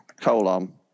colon